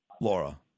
Laura